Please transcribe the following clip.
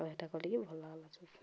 କ ଏଇଟା କରିକି ଭଲ ଭଲ ଅଛୁ